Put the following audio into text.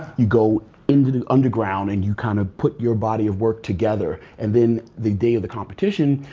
you go into the underground, and you kind of put your body of work together. and then, the day of the competition,